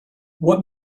what